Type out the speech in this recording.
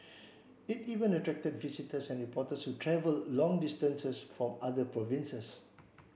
it even attracted visitors and reporters who travel long distances from other provinces